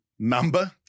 Number